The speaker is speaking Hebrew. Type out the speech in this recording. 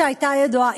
שהייתה ידועה.